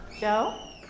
Joe